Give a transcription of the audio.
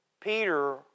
Peter